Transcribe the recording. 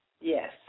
Yes